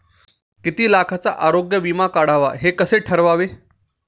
किती लाखाचा आरोग्य विमा काढावा हे कसे ठरवावे?